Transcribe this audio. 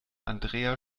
andrea